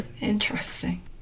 Interesting